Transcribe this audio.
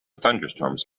thunderstorms